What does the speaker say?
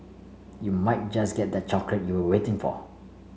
you might just get that chocolate you were waiting for